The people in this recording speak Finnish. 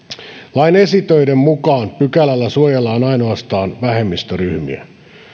lain esitöiden mukaan pykälällä suojellaan ainoastaan vähemmistöryhmiä